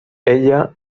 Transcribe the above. ella